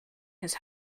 his